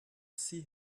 see